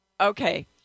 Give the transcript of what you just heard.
Okay